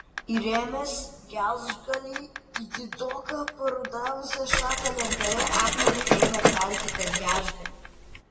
įrėmęs gelžgalį į didoką parudavusią šaką lentoje akmeniu ėmė kalti tą gelžgalį